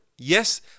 Yes